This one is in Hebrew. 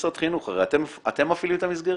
אתם משרד חינוך, אתם מפעילים את המסגרת?